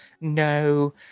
no